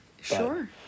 sure